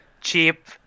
cheap